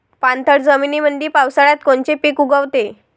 पाणथळ जमीनीमंदी पावसाळ्यात कोनचे पिक उगवते?